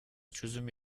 çözümü